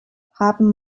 haben